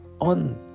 on